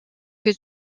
que